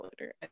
later